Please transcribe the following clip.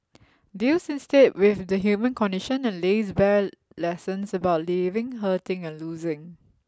deals instead with the human condition and lays bare lessons about living hurting and losing